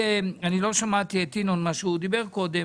לא שמעתי מה אמר קודם ינון,